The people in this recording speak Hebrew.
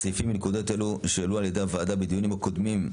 הסעיפים בנקודות אלו שהועלו על-ידי הוועדה בדיונים הקודמים,